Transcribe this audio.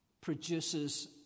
produces